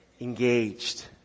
engaged